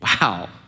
Wow